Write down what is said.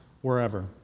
wherever